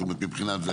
זאת אומרת מבחינת זה,